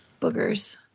boogers